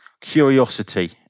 curiosity